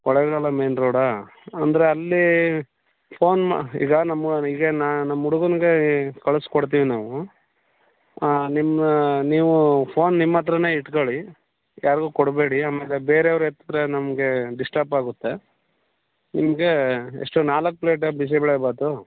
Kollegal main ರೋಡಾ ಅಂದರೆ ಅಲ್ಲಿ ಫೋನ್ ಮಾ ಈಗ ನಮ್ಮ ಈಗ ನ ನಮ್ಮ ಹುಡುಗನ್ಗೆ ಕಳ್ಸಿ ಕೊಡ್ತಿವಿ ನಾವು ನಿಮ್ಮ ನೀವು ಫೋನ್ ನಿಮ್ಮ ಹತ್ರನೆ ಇಟ್ಕೊಳಿ ಯಾರಿಗೂ ಕೊಡಬೇಡಿ ಆಮೇಲೆ ಬೇರೆಯವ್ರು ಎತ್ತಿದ್ರೆ ನಮಗೆ ಡಿಸ್ಟಪ್ ಆಗುತ್ತೆ ನಿಮಗೆ ಎಷ್ಟು ನಾಲ್ಕು ಪ್ಲೇಟಾ ಬಿಸಿಬೇಳೆಭಾತು